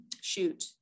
shoot